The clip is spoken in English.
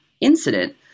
incident